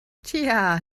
tja